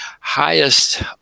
highest